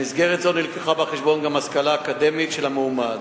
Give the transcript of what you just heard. במסגרת זו הובאה בחשבון גם השכלה אקדמית של המועמד.